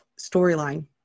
storyline